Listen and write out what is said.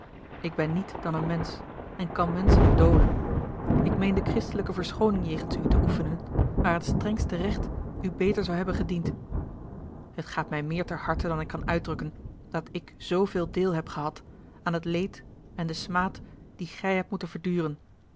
ik ben niet dan een mensch en kan menschelijk dolen ik meende christelijke verschooning jegens u te oefenen waar het strengste recht u beter zou hebben gediend het gaat mij meer ter harte dan ik kan uitdrukken dat ik zooveel deel heb gehad aan het leed en den smaad dien gij hebt moeten verduren